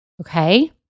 Okay